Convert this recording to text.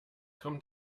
kommt